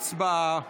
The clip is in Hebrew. הצבעה.